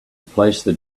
placed